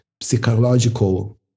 psychological